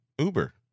Uber